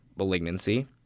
Malignancy